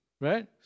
Right